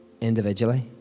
individually